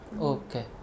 Okay